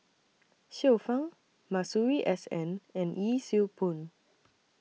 Xiu Fang Masuri S N and Yee Siew Pun